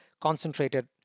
concentrated